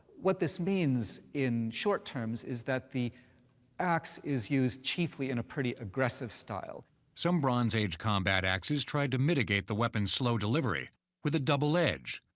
what this means in short terms is that the axe is used chiefly in a pretty aggressive style. narrator some bronze age combat axes tried to mitigate the weapon's slow delivery with a double edge,